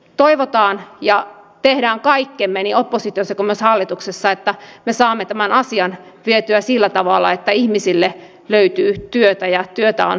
toivotaan ja tehdään kaikkemme niin oppositiossa kuin myös hallituksessa että me saamme tämän asian vietyä sillä tavalla että ihmisille löytyy työtä ja työtä on mielekästä tehdä